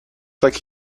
like